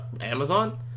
Amazon